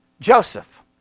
Joseph